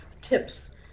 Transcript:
tips